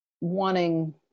wanting